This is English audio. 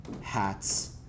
hats